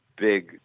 big